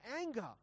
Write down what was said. anger